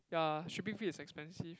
ya shipping fee is expensive